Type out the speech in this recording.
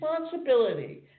responsibility